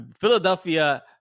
Philadelphia